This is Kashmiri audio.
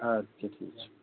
اَدٕ کیٛاہ ٹھیٖک چھُ